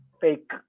fake